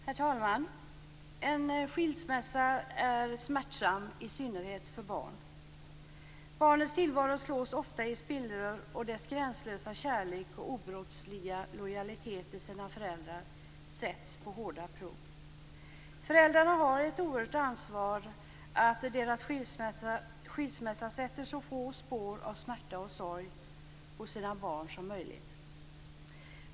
Herr talman! En skilsmässa är smärtsam, i synnerhet för barn. Barnets tillvaro slås ofta i spillror och dess gränslösa kärlek och obrottsliga lojalitet till sina föräldrar sätts på hårda prov. Föräldrarna har ett oerhört ansvar för att deras skilsmässa sätter så få spår av smärta och sorg hos barnen som möjligt.